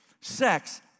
Sex